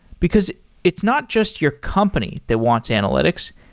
because it's not just your company that wants analytics.